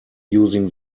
using